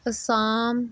Assam